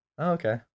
okay